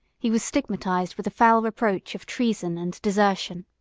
he was stigmatized with the foul reproach of treason and desertion.